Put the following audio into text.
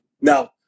Now